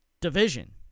division